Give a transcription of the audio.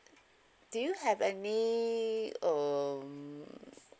do you have any um